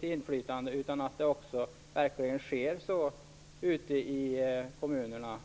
inflytande, utan att det verkligen sker så ute i kommunerna.